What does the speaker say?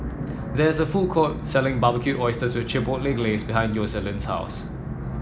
there is a food court selling Barbecued Oysters with Chipotle Glaze behind Yoselin's house